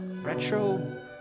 Retro